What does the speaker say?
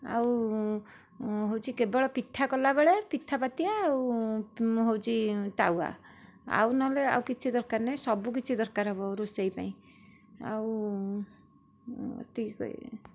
ଆଉ ହେଉଛି କେବଳ ପିଠା କଲାବେଳେ ପିଠାପାତିଆ ଆଉ ହେଉଛି ତାୱା ଆଉ ନହେଲେ କିଛି ଦରକାର ନହିଁ ସବୁ କିଛି ଦରକାର ହେବ ରୋଷେଇ ପାଇଁ ଆଉ ଏତିକି କହିବି